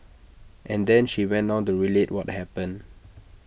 and then she went on to relate what happened